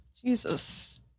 Jesus